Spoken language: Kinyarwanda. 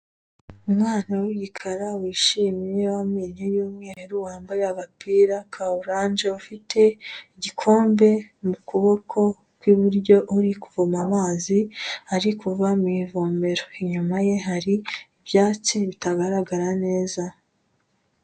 Umwana w'igikara wishimye w'amenyo y'umweru wambaye agapira ka oranje ufite, igikombe mu kuboko kw'iburyo uri kuvoma amazi ari kuva mu ivomero, inyuma ye hari ibyatsi bitagaragara neza.